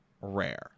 rare